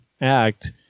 act